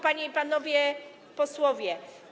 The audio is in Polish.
Panie i Panowie Posłowie!